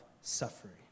suffering